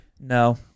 No